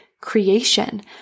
creation